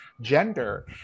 gender